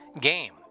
game